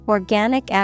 Organic